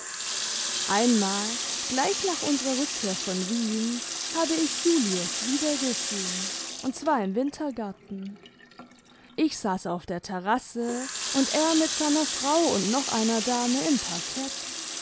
einmal gleich nach unserer rückkehr von wien habe ich julius wiedergesehen und zwar im wintergarten ich saß auf der terrasse imd er mit seiner frau und nocheiner dame im parkett